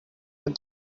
but